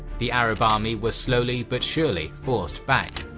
the arab army was slowly, but surely forced back.